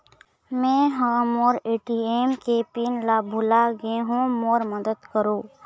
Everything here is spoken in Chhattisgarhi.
मै ह मोर ए.टी.एम के पिन ला भुला गे हों मोर मदद करौ